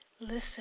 listen